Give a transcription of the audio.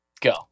Go